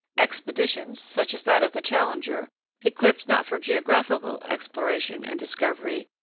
expeditions, such as that of the challenger equipped, not for geographical exploration and discovery,